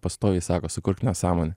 pastoviai sako sukurk nesąmonę